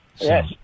Yes